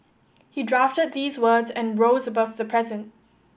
he drafted these words and rose above the present